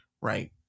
right